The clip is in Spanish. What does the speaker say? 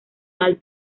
mal